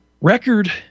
record